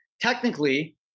Technically